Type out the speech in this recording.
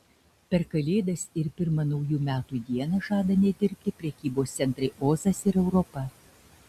per kalėdas ir pirmą naujų metų dieną žada nedirbti prekybos centrai ozas ir europa